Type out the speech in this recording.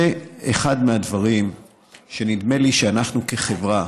זה אחד הדברים שנדמה לי שאנחנו כחברה,